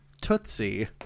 Tootsie